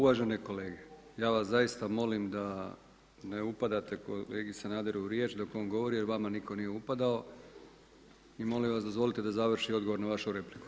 Uvažene kolege ja vas zaista molim da ne upadate kolegi Sanaderu u riječ dok on govori jer vama niko nije upadao i molim vas dozvolite da završi odgovor na vašu repliku.